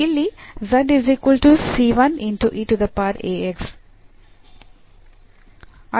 ಇಲ್ಲಿ